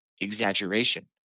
exaggeration